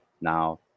now